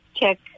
check